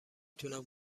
تونم